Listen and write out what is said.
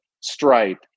Stripe